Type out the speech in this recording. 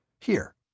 Here